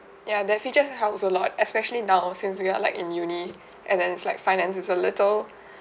ya that feature helps a lot especially now since we are like in uni and then it's like finance is a little